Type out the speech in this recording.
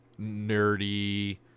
nerdy